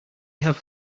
have